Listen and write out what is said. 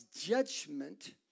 judgment